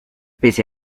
pese